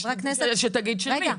חברי הכנסת -- אז שתגיד של מי.